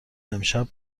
امشب